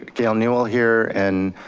gail newell here and